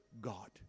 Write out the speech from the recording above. God